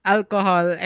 Alcohol